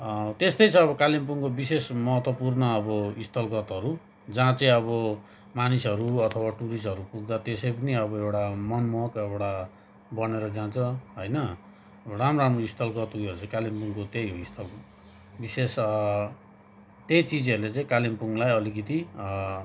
त्यस्तै छ अब कालिम्पोङको विशेष महत्त्वपूर्ण अब स्थलगतहरू जहाँ चाहिँ अब मानिसहरू अथवा टुरिस्टहरू पुग्दा त्यसै पनि अब एउटा मनमोहक एउटा बनेर जान्छ होइन राम्रा राम्रा स्थलगत उयोहरू चाहिँ कालिम्पोङको त्यही हो स्थल विशेष त्यही चिजहरूले चाहिँ कालिम्पोङलाई अलिकिति